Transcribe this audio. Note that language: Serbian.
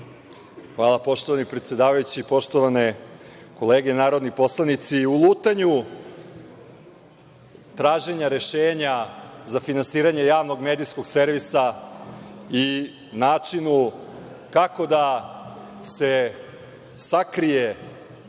Hvala, poštovani predsedavajući. Poštovane kolege narodni poslanici, u lutanju traženja rešenja za finansiranje Javnog medijskog servisa i načinu kako da se sakrije